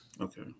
Okay